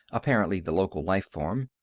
apparently the local life-form.